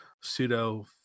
pseudo